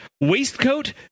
waistcoat